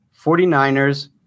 49ers